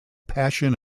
passion